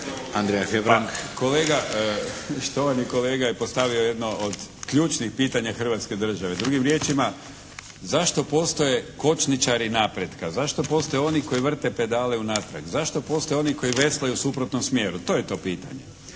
Pa kolega, štovani kolega je postavio jedno od ključnih pitanja Hrvatske države. Drugim riječima, zašto postoje kočničari napretka, zašto postoje oni koji vrte pedale unatrag, zašto postoje oni koji veslaju u suprotnom smjeru? To je to pitanje.